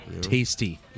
Tasty